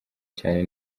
cyane